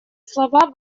слова